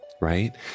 right